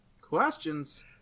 Questions